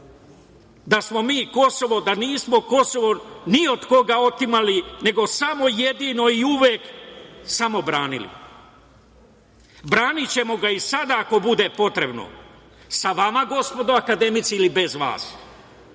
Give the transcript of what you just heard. akademici, da nismo Kosovo ni od koga otimali, nego samo jedino i uvek samo branili? Branićemo ga i sada, ako bude potrebno, sa vama, gospodo akademici, ili bez vas.